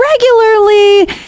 regularly